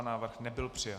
Návrh nebyl přijat.